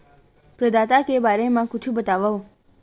प्रदाता के बारे मा कुछु बतावव?